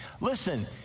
Listen